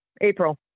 april